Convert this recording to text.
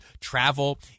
Travel